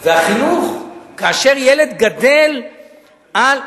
והחינוך, כאשר ילד גדל על,